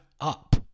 up